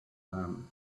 one